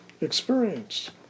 experience